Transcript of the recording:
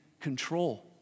control